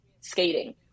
skating